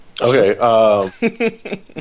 Okay